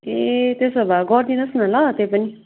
ए त्यसो भए गरिदिनुहोस् न ल त्यो पनि